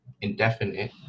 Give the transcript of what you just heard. indefinite